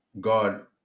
God